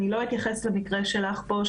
אני לא אתייחס למקרה שלך פה,